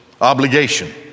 obligation